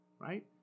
Right